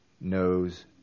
knows